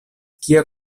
kia